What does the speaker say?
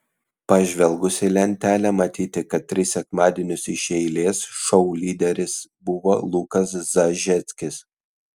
pažvelgus į lentelę matyti kad tris sekmadienius iš eilės šou lyderis buvo lukas zažeckis